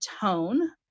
tone